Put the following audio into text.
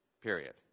Period